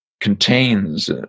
contains